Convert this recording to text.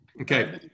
Okay